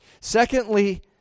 Secondly